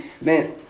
man